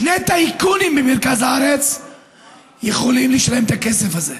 שני טייקונים ממרכז הארץ יכולים לשלם את הכסף הזה.